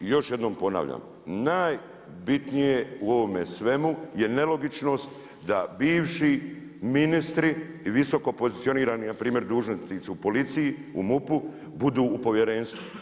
Još jednom ponavljam najbitnije u ovome svemu je nelogičnost da bivši ministri i visoko pozicionirani npr. dužnosnici u policiji, MUP-u, budu u povjerenstvu.